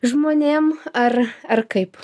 žmonėm ar ar kaip